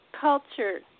culture